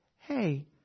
hey